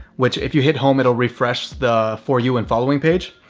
which if you hit home, it'll refresh the for you and following page.